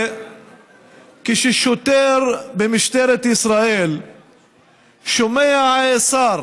כששוטר במשטרת ישראל שומע שר,